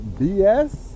BS